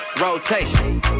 rotation